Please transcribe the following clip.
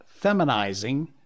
feminizing